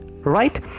right